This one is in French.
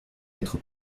être